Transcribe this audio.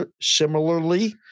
similarly